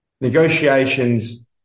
negotiations